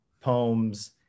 poems